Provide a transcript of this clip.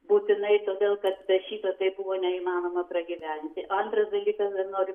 būtinai todėl kad be šito tai buvo neįmanoma pragyventi antras dalykas dar noriu